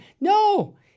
No